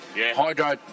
Hydro